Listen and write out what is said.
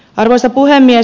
arvoisa puhemies